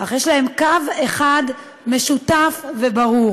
אך יש להם קו אחד משותף וברור: